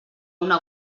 una